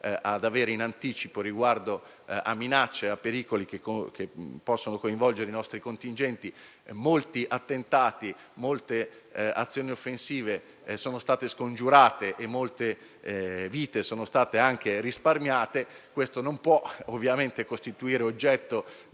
ad avere in anticipo riguardo a minacce e pericoli che possono coinvolgere i nostri contingenti, molti attentati e azioni offensive sono stati scongiurati e molte vite sono state risparmiate, questo non ha potuto, e non può, costituire oggetto